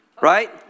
right